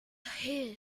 hare